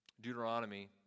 Deuteronomy